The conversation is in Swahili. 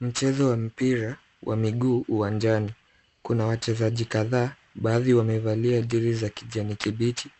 Mchezo wa mpira wa miguu uwanjani. Kuna wachezaji kadhaa, baadhi wamevalia jezi za kijani kibichi